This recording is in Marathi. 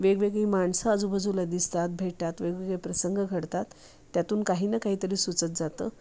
वेगवेगळी माणसं आजूबाजूला दिसतात भेटतात वेगवेगळे प्रसंग घडतात त्यातून काही ना काहीतरी सुचत जातं